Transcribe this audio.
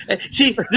see